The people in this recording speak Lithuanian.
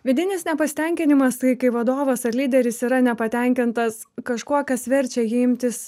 vidinis nepasitenkinimas tai kai vadovas ar lyderis yra nepatenkintas kažkuo kas verčia jį imtis